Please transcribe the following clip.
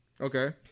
Okay